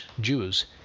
Jews